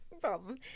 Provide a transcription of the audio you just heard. problem